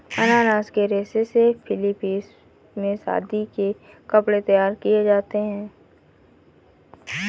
अनानास के रेशे से फिलीपींस में शादी के कपड़े तैयार किए जाते हैं